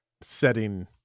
setting